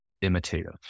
imitative